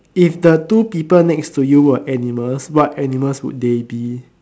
if the two people next to you were animals what animals would they be